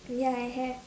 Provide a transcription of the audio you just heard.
ya I have